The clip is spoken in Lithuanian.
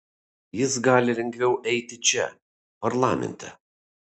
jis gali lengviau eiti čia parlamente